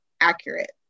accurate